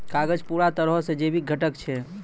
कागज पूरा तरहो से जैविक घटक छै